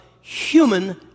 human